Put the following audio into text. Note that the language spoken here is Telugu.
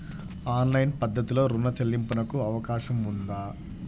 ఆన్లైన్ పద్ధతిలో రుణ చెల్లింపునకు అవకాశం ఉందా?